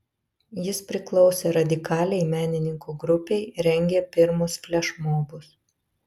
jis priklausė radikaliai menininkų grupei rengė pirmus flešmobus